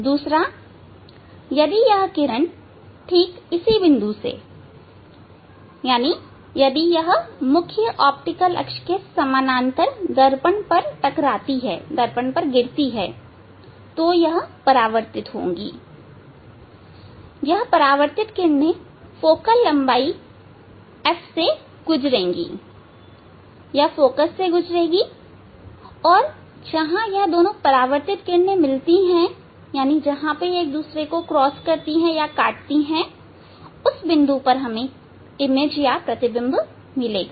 दूसरा यदि यह किरण ठीक इसी बिंदु से यदि यह मुख्य ऑप्टिकल अक्ष के समानांतर दर्पण पर टकराती है तो यह परावर्तित होगी यह परावर्तित किरणें फोकल लंबाई से गुजरेगीयह फोकस से गुजरेगी यह दोनों परावर्तित किरणें जहां मिलती हैं जहां यह एक दूसरे को काटती हैं उस बिंदु पर हमें प्रतिबिंब मिलेगा